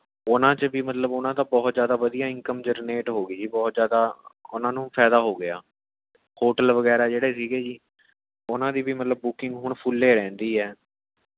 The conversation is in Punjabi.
ਉਹਨਾਂ 'ਚ ਵੀ ਮਤਲਬ ਉਨ੍ਹਾਂ ਦਾ ਬਹੁਤ ਜ਼ਿਆਦਾ ਵਧੀਆ ਇਨਕਮ ਜਨਰੇਟ ਹੋ ਗਈ ਜੀ ਬਹੁਤ ਜ਼ਿਆਦਾ ਉਹਨਾਂ ਨੂੰ ਫਾਇਦਾ ਹੋ ਗਿਆ ਹੋਟਲ ਵਗੈਰਾ ਜਿਹੜੇ ਸੀ ਜੀ ਉਹਨਾਂ ਦੀ ਵੀ ਮਤਲਬ ਬੁਕਿੰਗ ਹੁਣ ਫੁਲ ਹੀ ਰਹਿੰਦੀ ਹੈ